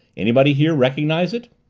anybody here recognize it?